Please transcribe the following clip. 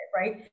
Right